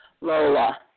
Lola